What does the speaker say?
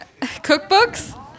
cookbooks